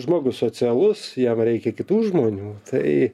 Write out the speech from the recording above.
žmogus socialus jam reikia kitų žmonių tai